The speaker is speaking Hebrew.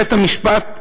בית-המשפט,